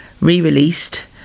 re-released